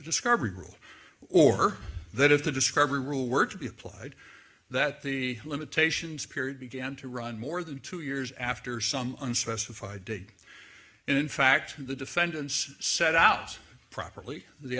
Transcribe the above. discovery rule or that if the discovery rule were to be applied that the limitations period began to run more than two years after some unspecified dig and in fact the defendants set out properly the